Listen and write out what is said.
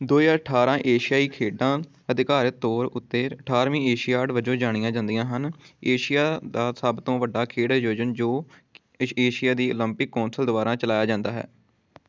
ਦੋ ਹਜ਼ਾਰ ਅਠਾਰ੍ਹਾਂ ਏਸ਼ਿਆਈ ਖੇਡਾਂ ਅਧਿਕਾਰਤ ਤੌਰ ਉੱਤੇ ਅਠਾਰ੍ਹਵੀਂ ਏਸ਼ੀਆਡ ਵਜੋਂ ਜਾਣੀਆਂ ਜਾਂਦੀਆਂ ਹਨ ਏਸ਼ੀਆ ਦਾ ਸਭ ਤੋਂ ਵੱਡਾ ਖੇਡ ਆਯੋਜਨ ਜੋ ਏਸ਼ੀਆ ਦੀ ਓਲੰਪਿਕ ਕੌਂਸਲ ਦੁਆਰਾ ਚਲਾਇਆ ਜਾਂਦਾ ਹੈ